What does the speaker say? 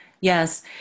yes